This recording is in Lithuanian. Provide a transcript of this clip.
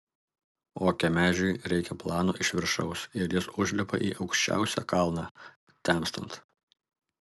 o kemežiui reikia plano iš viršaus ir jis užlipa į aukščiausią kalną temstant